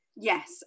Yes